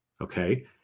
okay